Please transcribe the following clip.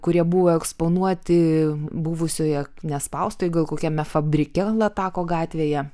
kurie buvo eksponuoti buvusioje nespaustuvėje gal kokiam fabrike latako gatvėje